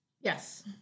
Yes